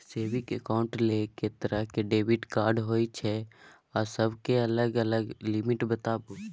Saving accounts ल के तरह के डेबिट कार्ड होय छै आ सब के अलग अलग लिमिट बताबू?